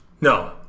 No